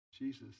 Jesus